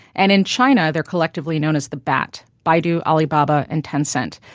and in china they're collectively known as the bat baidu, alibaba and tencent.